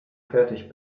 fertig